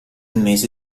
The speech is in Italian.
mese